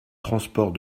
transport